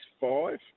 five